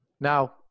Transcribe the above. Now